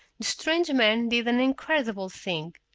the strange man did an incredible thing.